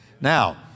Now